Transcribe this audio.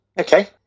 Okay